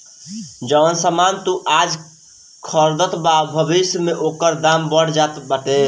जवन सामान तू आज खरीदबअ भविष्य में ओकर दाम बढ़ जात बाटे